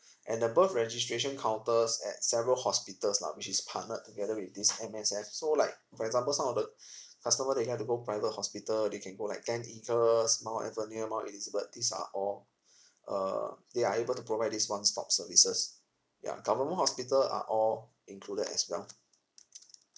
and above registration counters at several hospitals lah which is partnered together with this M_S_F so like for example some of the customer they have to go private hospital they can go like gleneagles mount alvernia mount elizabeth these are all uh they are able to provide this one stop services ya government hospital are all included as well